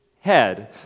head